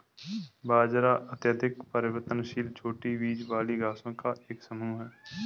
बाजरा अत्यधिक परिवर्तनशील छोटी बीज वाली घासों का एक समूह है